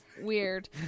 weird